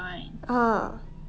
ah